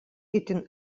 itin